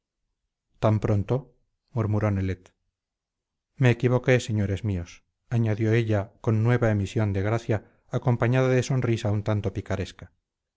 tan pronto murmuró nelet me equivoqué señores míos añadió ella con nueva emisión de gracia acompañada de sonrisa un tanto picaresca